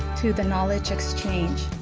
to the knowledge exchange.